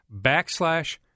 backslash